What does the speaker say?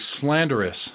slanderous